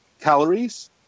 calories